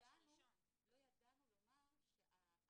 זו לא